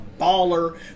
baller